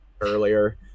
earlier